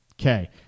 Okay